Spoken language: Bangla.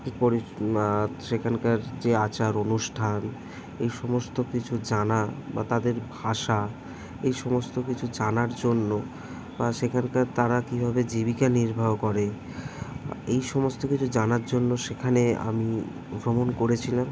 কী পরে সেখানকার যে আচার অনুষ্ঠান এই সমস্ত কিছু জানা বা তাদের ভাষা এই সমস্ত কিছু জানার জন্য বা সেখানকার তারা কীভাবে জীবিকা নির্বাহ করে এই সমস্ত কিছু জানার জন্য সেখানে আমি ভ্রমণ করেছিলাম